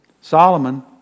Solomon